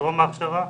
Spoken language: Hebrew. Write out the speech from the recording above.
בטרום ההכשרה.